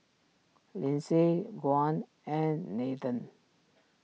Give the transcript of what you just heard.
Lyndsay Juan and Nathen